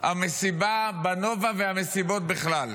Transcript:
המסיבה בנובה והמסיבות בכלל.